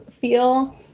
feel